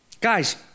Guys